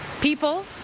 people